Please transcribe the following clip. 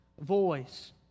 voice